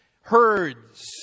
Herds